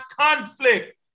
conflict